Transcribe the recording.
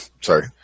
Sorry